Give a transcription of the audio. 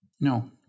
no